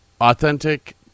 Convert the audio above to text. Authentic